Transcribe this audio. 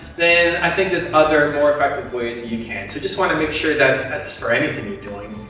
then i think there's other, more effective ways that you can. so, just want to make sure that that's, or anything you're doing,